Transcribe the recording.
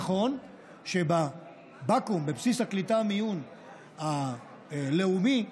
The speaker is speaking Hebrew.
נכון שבבקו"ם, בבסיס הקליטה ומיון הלאומי,